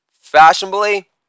Fashionably